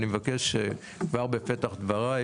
אני מבקש כבר בפתח דבריי